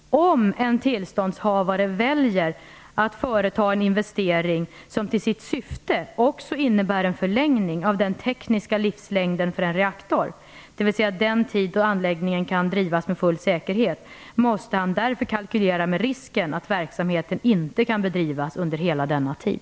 Om en tillståndshavare väljer att företa en investering som till sitt syfte också innebär en förlängning av den tekniska livslängden för en reaktor, dvs. den tid då anläggningen kan drivas med full säkerhet måste han därför kalkylera med risken att verksamheten inte kan bedrivas under hela denna tid.